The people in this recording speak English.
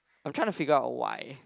I try to figure out why